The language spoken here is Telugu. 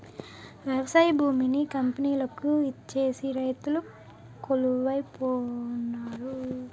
వ్యవసాయ భూమిని కంపెనీలకు ఇచ్చేసి రైతులు కొలువై పోనారు